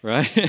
Right